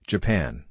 Japan